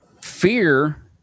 fear